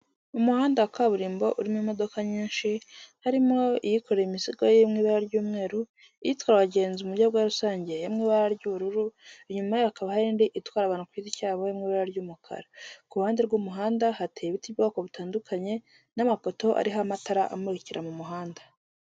Umuhanda wa kaburimbo, urimo imodoka nyinshi, harimo iyikoreye imizigo iri mu ibara ry'umweru, itwara abagenzi mu buryo bwa rusangemo iri ibara ry'ubururu, inyuma yaho hakaba hari indi itwara abantu ku giti cyabo iri mu ibara ry'umukara. Ku ruhande rw'umuhanda hateye ibiti by'ubwoko butandukanye n'amapoto ariho amatara amurikira mu muhanda.